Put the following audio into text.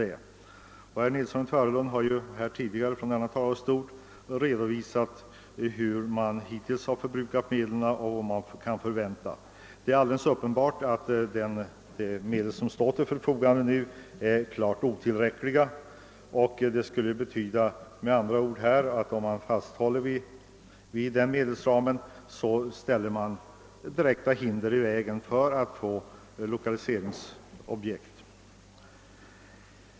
Herr Nilsson i Tvärålund har tidigare från talarstolen redovisat hur man hittills förbrukat medlen och vad som kan väntas bli förbrukat. Det är alldeles uppenbart att de medel som står till förfogande är klart otillräckliga, och ett fasthållande vid denna medelsram skulle betyda att man lade direkta hinder i vägen för lokaliseringsobjekt.